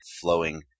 flowing